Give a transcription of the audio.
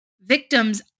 victims